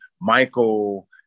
Michael